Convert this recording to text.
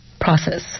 process